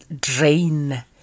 drain